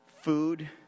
food